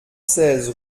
seize